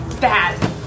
Bad